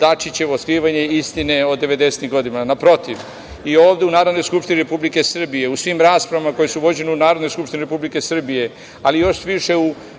Dačićevo skrivanje istine o devedesetim godinama. Naprotiv, i ovde u Narodnoj skupštini Republike Srbije, u svim raspravama koje su vođene u Narodnoj skupštini Republike Srbije, ali još više u